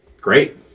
Great